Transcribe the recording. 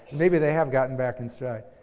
maybe they have gotten back in stride.